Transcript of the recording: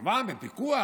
כמובן בפיקוח,